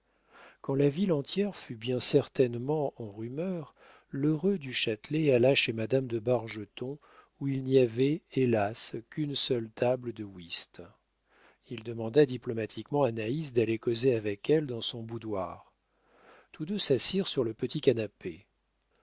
quand la ville entière fut bien certainement en rumeur l'heureux du châtelet alla chez madame de bargeton où il n'y avait hélas qu'une seule table de whist il demanda diplomatiquement à naïs d'aller causer avec elle dans son boudoir tous deux s'assirent sur le petit canapé